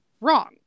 wrong